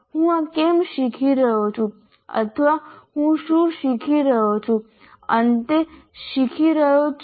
હું આ કેમ શીખી રહ્યો છું અથવા હું શું શીખી રહ્યો છું અંતે શીખી રહ્યો છું